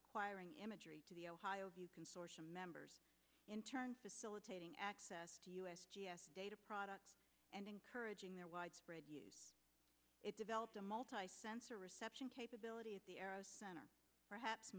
acquiring imagery to the ohio view consortium members in turn facilitating access to u s g s data products and encouraging their widespread use it developed a multi sensor reception capability at the arrow center perhaps